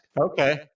Okay